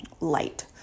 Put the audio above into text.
light